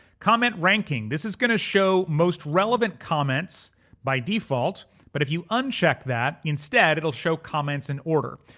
comment ranking, this is gonna show most relevant comments by default but if you uncheck that, instead it'll show comments in order.